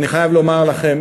אני חייב לומר לכם,